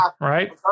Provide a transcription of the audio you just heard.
right